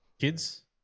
Kids